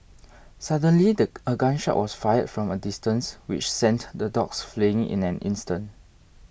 suddenly the a gun shot was fired from a distance which sent the dogs fleeing in an instant